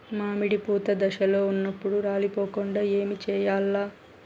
మామిడి పూత దశలో ఉన్నప్పుడు రాలిపోకుండ ఏమిచేయాల్ల?